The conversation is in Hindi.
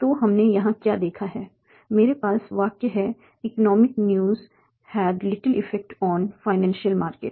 तो हमने यहां क्या देखा है मेरे पास वाक्य है economic news had little effect on financial market